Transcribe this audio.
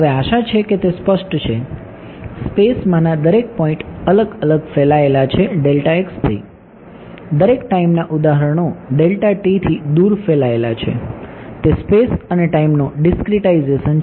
હવે આશા છે કે તે સ્પષ્ટ છે સ્પેસમાંના દરેક પોઈન્ટ અલગ અલગ ફેલાયેલા છે થી દરેક ટાઈમના ઉદાહરણો થી દૂર ફેલાયેલા છે તે સ્પેસ અને ટાઈમનો ડીસ્ક્રીટાઇઝેશન છે